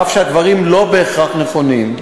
אף שהדברים לא בהכרח נכונים.